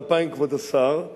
האחיות